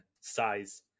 size